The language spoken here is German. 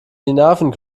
skandinavien